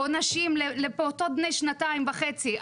עונשים לפעוטות בני שנתיים וחצי.